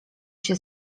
się